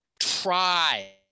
Try